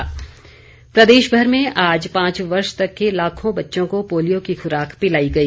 pools polio प्रदेशभर में आज पांच वर्ष तक के लाखों बच्चों को पोलियो की खुराक पिलाई गई